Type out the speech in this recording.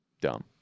dumb